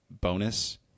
bonus